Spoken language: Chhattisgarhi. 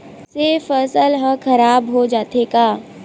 से फसल ह खराब हो जाथे का?